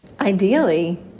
Ideally